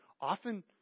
often